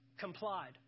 complied